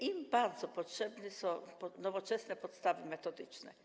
Im bardzo potrzebne są nowoczesne podstawy metodyczne.